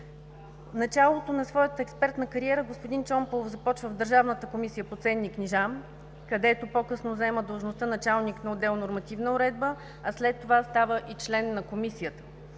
Началото на своята експертна кариера господин Чомпалов започва в Държавната комисия по ценни книжа, където по-късно заема длъжността началник на отдел „Нормативна уредба“, а след това става и член на Комисията.